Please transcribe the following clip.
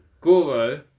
Goro